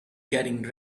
getting